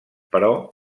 però